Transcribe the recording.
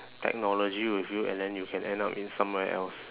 technology with you and then you can end up in somewhere else